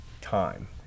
time